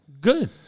Good